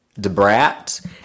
DeBrat